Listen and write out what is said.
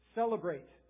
celebrate